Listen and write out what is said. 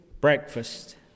breakfast